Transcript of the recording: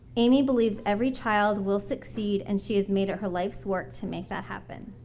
amy believes every child will succeed and she has made it her life's work to make that happen.